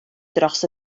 dros